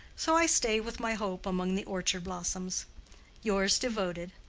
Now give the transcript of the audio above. so i stay with my hope among the orchard-blossoms. your devoted,